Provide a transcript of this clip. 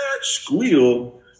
squeal